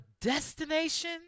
destination